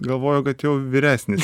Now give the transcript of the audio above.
galvoju kad jau vyresnis